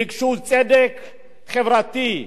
ביקשו צדק חברתי,